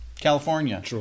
California